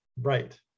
Right